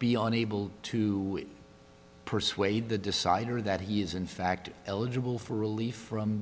beyond able to persuade the decider that he is in fact eligible for relief from